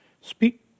Speak